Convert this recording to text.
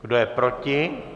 Kdo je proti?